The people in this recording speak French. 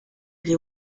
les